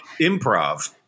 improv